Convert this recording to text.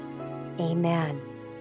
Amen